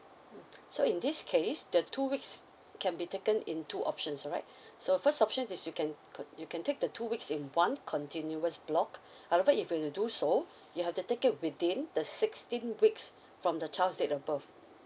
mm so in this case the two weeks can be taken in two options alright so first option is you can you can take the two weeks in one continuous block however if you were to do so you have to take it within the sixteen weeks from the child's date of birth